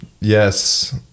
yes